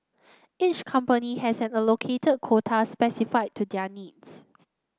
each company has an allocated quota specific to their needs